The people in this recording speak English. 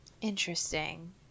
Interesting